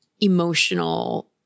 Emotional